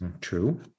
True